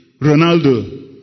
Ronaldo